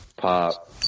pop